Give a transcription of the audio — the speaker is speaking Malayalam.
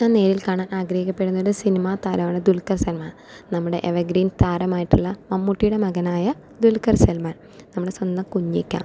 ഞാൻ നേരിൽ കാണാൻ ആഗ്രഹിക്കപ്പെടുന്നൊരു സിനിമാതാരമാണ് ദുൽഖർ സൽമാൻ നമ്മുടെ എവർഗ്രീൻ താരമായിട്ടുള്ള മമ്മൂട്ടിയുടെ മകനായ ദുൽഖർ സൽമാൻ നമ്മുടെ സ്വന്തം കുഞ്ഞിക്ക